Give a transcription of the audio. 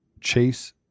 chase